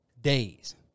days